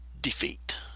defeat